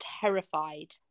terrified